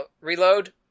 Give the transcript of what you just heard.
reload